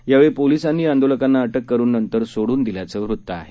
यावेळी पोलीसांनी आंदोलकांना अटक करून नंतर सोडून दिल्याचं वृत्त आहे